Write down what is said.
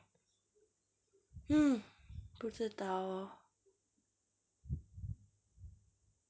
mm 不知道